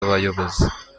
abayobozi